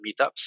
meetups